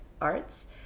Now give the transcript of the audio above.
arts